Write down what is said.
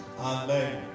Amen